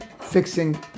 fixing